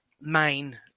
main